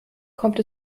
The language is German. kommt